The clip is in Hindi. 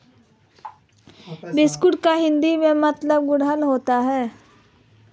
हिबिस्कुस का हिंदी में मतलब गुड़हल होता है